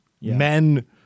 men